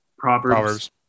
Proverbs